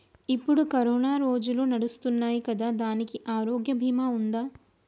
ఇప్పుడు కరోనా రోజులు నడుస్తున్నాయి కదా, దానికి ఆరోగ్య బీమా ఉందా?